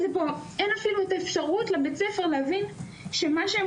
אין אפילו את האפשרות לבית הספר להבין שמה שהם